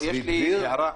יש לי הערה: